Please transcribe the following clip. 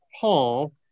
Paul